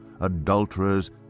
adulterers